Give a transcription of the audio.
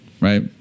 right